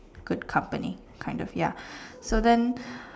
good company kind of ya so then